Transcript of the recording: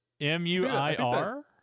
m-u-i-r